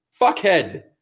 fuckhead